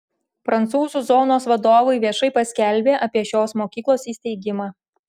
prancūzų zonos vadovai viešai paskelbė apie šios mokyklos įsteigimą